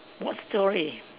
what story